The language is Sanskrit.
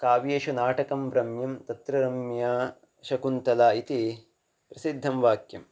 काव्येषु नाटकं रम्यं तत्र रम्या शकुन्तला इति प्रसिद्धं वाक्यम्